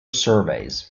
surveys